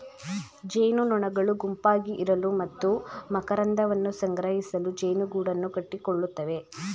ಜೇನುನೊಣಗಳು ಗುಂಪಾಗಿ ಇರಲು ಮತ್ತು ಮಕರಂದವನ್ನು ಸಂಗ್ರಹಿಸಲು ಜೇನುಗೂಡನ್ನು ಕಟ್ಟಿಕೊಳ್ಳುತ್ತವೆ